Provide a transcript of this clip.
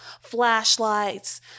flashlights